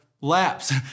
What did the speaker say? laps